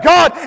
God